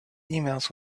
emails